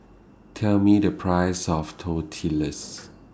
Tell Me The Price of Tortillas